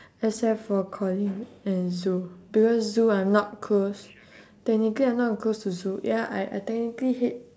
except for colin and zul because zul I'm not close technically I'm not close to zul ya I I technically hate